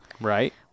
Right